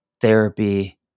therapy